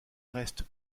reste